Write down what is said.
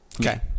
Okay